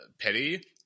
Petty